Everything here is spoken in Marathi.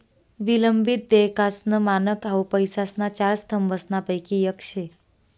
विलंबित देयकासनं मानक हाउ पैसासना चार स्तंभसनापैकी येक शे